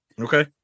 Okay